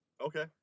Okay